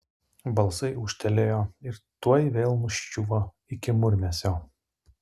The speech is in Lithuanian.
balsai ūžtelėjo ir tuoj vėl nuščiuvo iki murmesio